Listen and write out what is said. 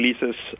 releases